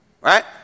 Right